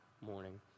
morning